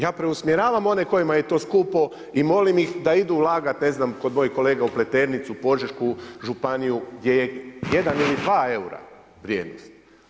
Ja preusmjeravam one kojima je to skupo i molim ih da idu ulagati, ne znam, kod mojih kolega u Pleternicu, Požešku županiju gdje je jedan ili dva eura vrijednost.